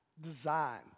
Design